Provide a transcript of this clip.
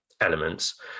elements